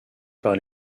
par